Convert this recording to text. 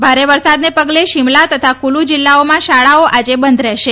ભારે વરસાદના પગલે શીમલા તથા કુલુ જિલ્લાઓમાં શાળા આજે બંધ રહેશે